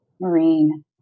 marine